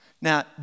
Now